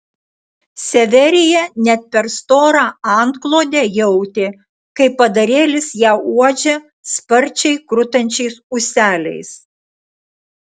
severija net per storą antklodę jautė kaip padarėlis ją uodžia sparčiai krutančiais ūseliais